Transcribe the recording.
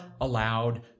allowed